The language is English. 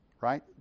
right